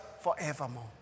forevermore